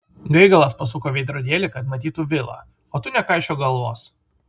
gaigalas pasuko veidrodėlį kad matytų vilą o tu nekaišiok galvos